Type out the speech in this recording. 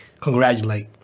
congratulate